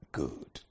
good